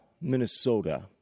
Minnesota